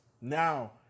Now